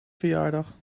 verjaardag